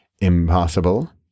impossible